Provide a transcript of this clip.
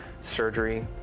surgery